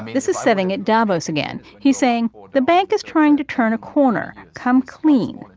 this is setting at davos again. he's saying the bank is trying to turn a corner, come clean,